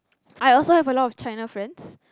I also have a lot of China friends